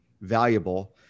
valuable